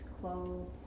clothes